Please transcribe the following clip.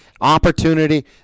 opportunity